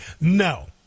No